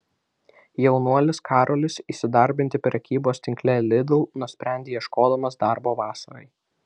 jaunuolis karolis įsidarbinti prekybos tinkle lidl nusprendė ieškodamas darbo vasarai